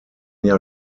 jahr